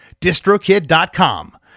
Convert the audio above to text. DistroKid.com